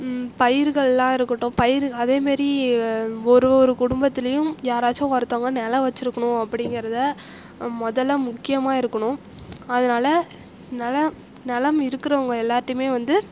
பயிர்களெலாம் இருக்கட்டும் பயிர் அதேமாரி ஒரு ஒரு குடும்பத்திலையும் யாராச்சும் ஒருத்தங்க நிலம் வச்சுருக்கணும் அப்படிங்கறத முதல்ல முக்கியமாக இருக்கணும் அதனால் நிலோம் நிலம் இருக்கிறவங்க எல்லார்ட்டையுமே வந்து